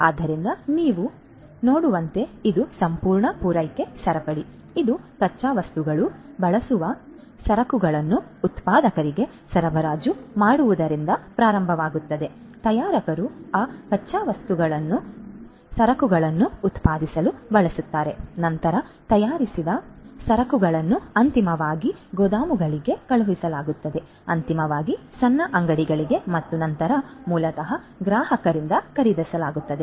ಆದ್ದರಿಂದ ನೀವು ನೋಡುವಂತೆ ಇದು ಸಂಪೂರ್ಣ ಪೂರೈಕೆ ಸರಪಳಿ ಇದು ಕಚ್ಚಾ ವಸ್ತುಗಳು ಬಳಸುವ ಸರಕುಗಳನ್ನು ಉತ್ಪಾದಕರಿಗೆ ಸರಬರಾಜು ಮಾಡುವುದರಿಂದ ಪ್ರಾರಂಭವಾಗುತ್ತದೆ ತಯಾರಕರು ಆ ಕಚ್ಚಾ ವಸ್ತುಗಳನ್ನು ಸರಕುಗಳನ್ನು ಉತ್ಪಾದಿಸಲು ಬಳಸುತ್ತಾರೆ ನಂತರ ತಯಾರಿಸಿದ ಸರಕುಗಳನ್ನು ಅಂತಿಮವಾಗಿ ಗೋದಾಮುಗಳಿಗೆ ಕಳುಹಿಸಲಾಗುತ್ತದೆ ಅಂತಿಮವಾಗಿ ಸಣ್ಣ ಅಂಗಡಿಗಳಿಗೆ ಮತ್ತು ನಂತರ ಮೂಲತಃ ಗ್ರಾಹಕರಿಂದ ಖರೀದಿಸಲಾಗುತ್ತದೆ